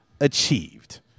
achieved